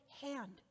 hand